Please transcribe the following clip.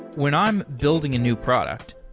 when i'm building a new product,